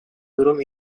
durum